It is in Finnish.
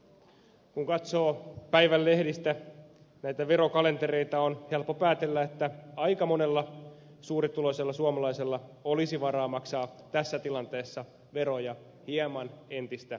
kun katsoo päivän lehdistä näitä verokalentereita on helppo päätellä että aika monella suurituloisella suomalaisella olisi varaa maksaa tässä tilanteessa veroja hieman entistä enemmän